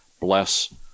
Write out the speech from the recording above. bless